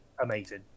amazing